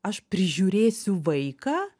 aš prižiūrėsiu vaiką